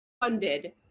funded